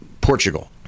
Portugal